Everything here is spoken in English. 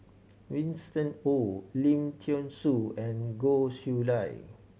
Winston Oh Lim Thean Soo and Goh Chiew Lye